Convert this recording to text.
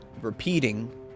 repeating